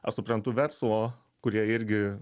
aš suprantu verslo kurie irgi